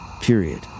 Period